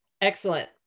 Excellent